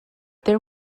there